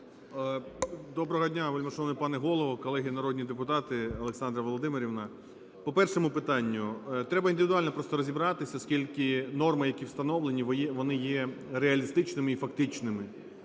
Доброго дня, вельмишановний пане Голово, колеги народні депутати, Олександра Володимирівна! По першому питанню. Треба індивідуально просто розібратися, оскільки норми, які встановлені, вони є реалістичними і фактичними,